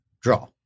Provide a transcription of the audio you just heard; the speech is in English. draw